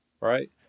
right